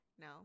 No